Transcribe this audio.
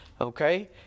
Okay